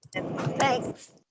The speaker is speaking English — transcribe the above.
Thanks